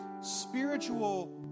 spiritual